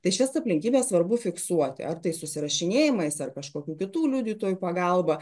tai šias aplinkybes svarbu fiksuoti ar tai susirašinėjimais ar kažkokių kitų liudytojų pagalba